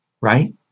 right